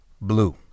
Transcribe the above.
blue